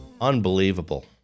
Unbelievable